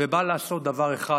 ובא לעשות דבר אחד: